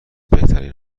بهترین